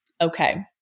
okay